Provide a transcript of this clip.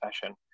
fashion